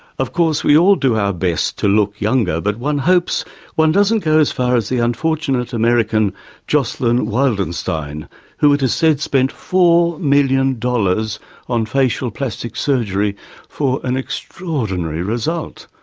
of course we all do our best to look younger, but one hopes one doesn't go as far as the unfortunate american jocelyn wildenstein who it is said spent four million dollars on facial plastic surgery for an extraordinary result.